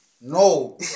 no